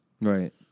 right